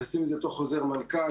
מכניסים את זה לתוך חוזר מנכ"ל,